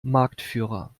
marktführer